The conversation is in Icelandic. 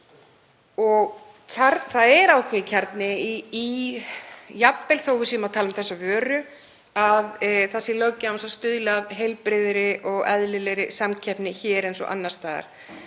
Það er ákveðinn kjarni. Jafnvel þó að við séum að tala um þessa vöru er það löggjafans að stuðla að heilbrigðri og eðlilegri samkeppni hér eins og annars staðar.